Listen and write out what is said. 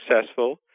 successful